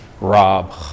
Rob